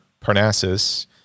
Parnassus